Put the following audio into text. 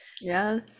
Yes